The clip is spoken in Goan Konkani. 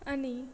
आनी